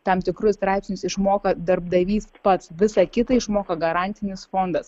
tam tikrus straipsnius išmoka darbdavys pats visą kitą išmoka garantinis fondas